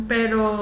Pero